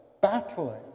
battling